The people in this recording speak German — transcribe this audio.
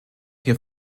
hier